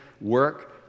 work